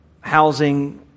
housing